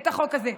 את החוק הזה.